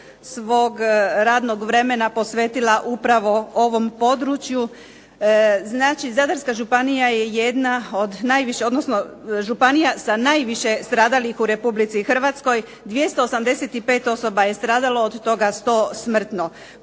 svog radnog vremena posvetila upravo ovom području. Znači Zadarska županija je jedna od najviše, odnosno županija sa najviše stradalih u Republici Hrvatskoj 285 osoba je stradalo, od toga 100 smrtno.